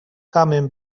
coming